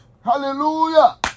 Hallelujah